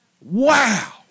Wow